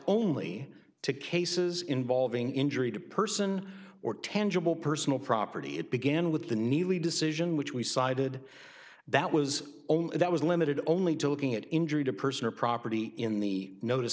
only to cases involving injury to person or tangible personal property it began with the neely decision which we cited that was only that was limited only to looking at injury to person or property in the notice